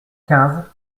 quinze